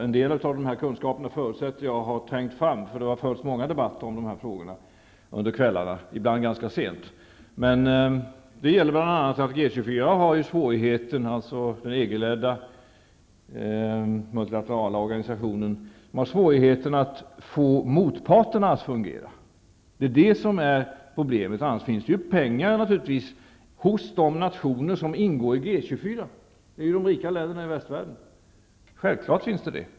En del av kunskaperna förutsätter jag har trängt fram. Det har ju förts många debatter i dessa frågor under kvällarna -- ibland ganska sent. G 24, den EG-ledda multilaterala organisationen, har problem att få motparterna att fungera. Annars finns det ju naturligtvis pengar hos de nationer som ingår i G 24. De är ju de rika länderna i västvärlden.